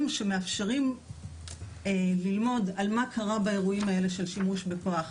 שמאפשרים ללמוד על מה קרה באירועים האלה של שימוש בכוח.